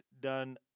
Done